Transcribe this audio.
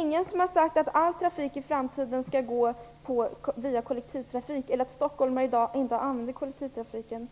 Ingen har sagt att all trafik i framtiden skall vara kollektivtrafik eller att stockholmarna i dag inte använder kollektivtrafikmedel.